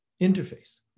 interface